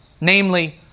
namely